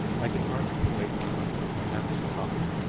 i can hardly wait a month for my next copy